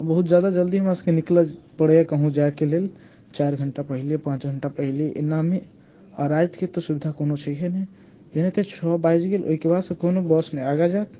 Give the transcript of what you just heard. आ बहुत ज्यादा जल्दीमे हमरासभके निकलय पड़ैए कहूँ जायके लेल चारि घंटा पहले पाँच घंटा पहले एनामे आ रातिके तऽ सुविधा कोनो छैहे नहि जेनाहिते छओ बाजि गेल ओहिके बादसँ कोनो बस नहि आगाँ जायत